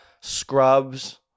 Scrubs